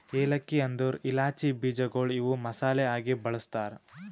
ಏಲಕ್ಕಿ ಅಂದುರ್ ಇಲಾಚಿ ಬೀಜಗೊಳ್ ಇವು ಮಸಾಲೆ ಆಗಿ ಬಳ್ಸತಾರ್